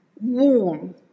warm